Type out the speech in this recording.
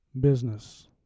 business